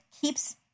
keeps